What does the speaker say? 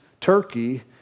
Turkey